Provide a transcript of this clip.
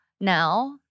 now